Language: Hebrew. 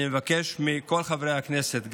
אני מבקש מכל חברי הכנסת,